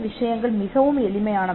விஷயங்கள் மிகவும் எளிமையானவை